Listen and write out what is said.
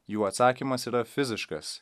jų atsakymas yra fiziškas